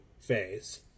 phase